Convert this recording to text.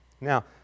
Now